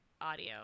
audio